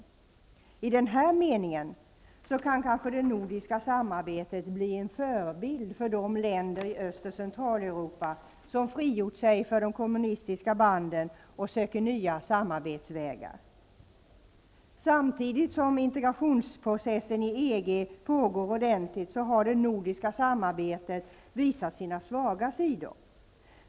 I den här meningen kan kanske det nordiska samarbetet bli en förebild för de länder i Öst och Centraleuropa som frigjort sig från de kommunistiska banden och söker nya samarbetsvägar. Samtidigt som integrationsprocessen i EG pågår ordentligt har det nordiska samarbetet visat sina svaga sidor.